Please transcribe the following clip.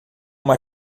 uma